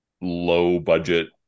low-budget